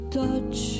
touch